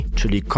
czyli